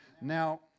Now